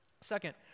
Second